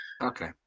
Okay